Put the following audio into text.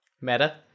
meta